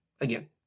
Again